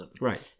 right